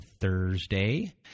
Thursday